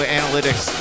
analytics